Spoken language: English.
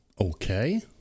okay